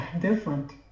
different